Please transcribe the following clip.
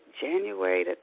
January